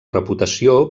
reputació